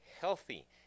healthy